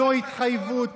זו התחייבות